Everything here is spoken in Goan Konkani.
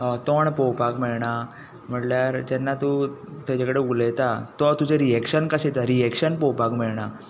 तोंड पळोवपाक मेळना म्हटल्यार जेन्ना तूं तेजे कडेन उलयता तो तुजें रियॅक्शन कशें दिता रियॅक्शन पळोवपाक मेळना